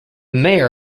mayor